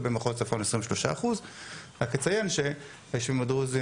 ובמחוז צפון 23%. רק אציין שהיישובים הדרוזים